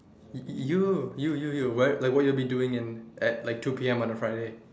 you you you you like what you will be doing at like two P_M on a Friday